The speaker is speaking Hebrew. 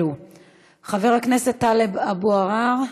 חבר הכנסת טלב אבו עראר,